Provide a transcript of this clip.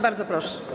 Bardzo proszę.